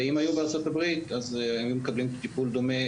ואם הם היו בארה"ב אז הם היו מקבלים טיפול דומה,